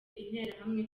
interahamwe